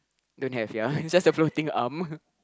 don't have ya it's just a floating arm